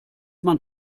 man